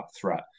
threat